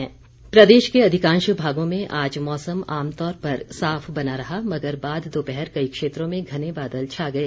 मौसम प्रदेश के अधिकांश भागों में आज मौसम आमतौर पर साफ बना रहा मगर बाद दोपहर कई क्षेत्रों में घने बादल छा गए